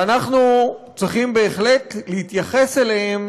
ואנחנו צריכים בהחלט להתייחס אליהם